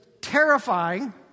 terrifying